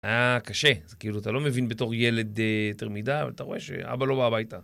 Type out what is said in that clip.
היה קשה, זה כאילו אתה לא מבין בתור ילד יותר מדי, אבל אתה רואה שאבא לא בא הביתה.